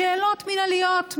לשאלות מינהליות,